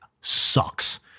sucks